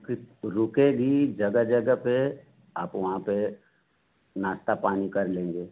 फिर रुकेगी जगह जगह पे आप वहाँ पे नास्ता पानी कर लेंगे